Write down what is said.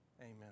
Amen